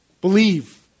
Believe